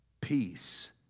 peace